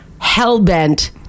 hellbent